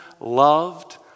loved